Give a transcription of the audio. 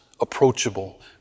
approachable